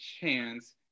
chance